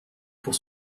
pour